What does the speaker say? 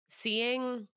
Seeing